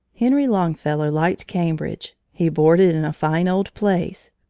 henry longfellow liked cambridge. he boarded in a fine old place,